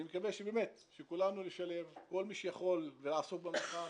אני מקווה שכולנו נשלב, כל מי שיכול לעשות במלאכה.